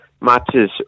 matches